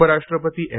उपराष्ट्रपती एम